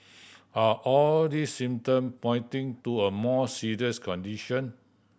are all these symptom pointing to a more serious condition